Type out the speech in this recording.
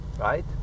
Right